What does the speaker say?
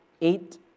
eight